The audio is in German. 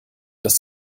dass